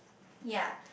ya